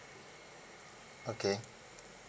okay